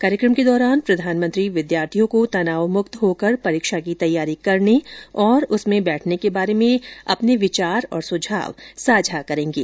कार्यक्रम के दौरान प्रधानमंत्री विद्यार्थियों को तनावमुक्त होकर परीक्षा की तैयारी करने और उसमें बैठने के बारे में अपने विचार और सुझाव साझा करेंगे